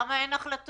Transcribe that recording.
למה אין החלטות?